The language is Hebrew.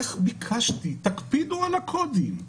איך ביקשתי: תקפידו על הקודים,